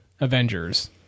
avengers